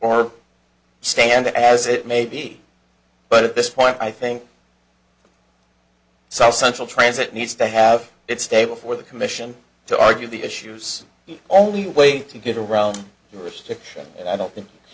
or stand as it may be but at this point i think south central transit needs to have its day before the commission to argue the issues the only way to get around here is to and i don't think i